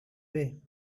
way